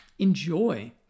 enjoy